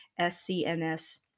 SCNS